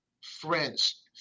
friends